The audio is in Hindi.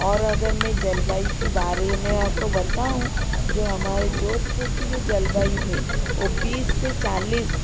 और अगर मैं जलवायु के बारे में आप को बताऊँ जो हमारे जोधपुर की जो जलवायु है वो बीस से चालीस